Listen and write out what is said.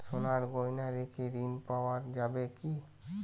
সোনার গহনা রেখে ঋণ পাওয়া যাবে কি?